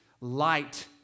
light